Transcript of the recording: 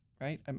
right